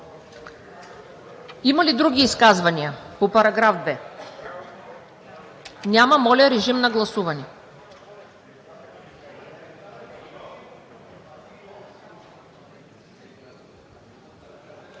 Има ли други изказвания по § 2? Няма. Моля, режим на гласуване.